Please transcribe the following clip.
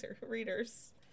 readers